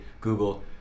Google